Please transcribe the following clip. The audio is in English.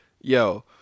Yo